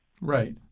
Right